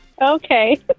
okay